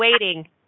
waiting